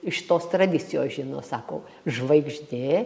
iš tos tradicijos žino sako žvaigždė